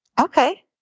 Okay